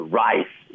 rice